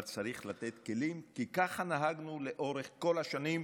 אבל צריך לתת כלים, כי כך נהגנו לאורך כל השנים,